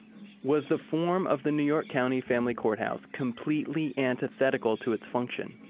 was the form of the new york county family courthouse completely antithetical to its function?